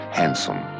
handsome